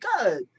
good